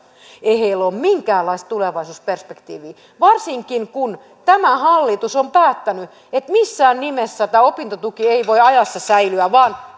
ei ole minkäänlaista tulevaisuusperspektiiviä varsinkaan kun tämä hallitus on päättänyt että missään nimessä tämä opintotuki ei voi ajassa säilyä vaan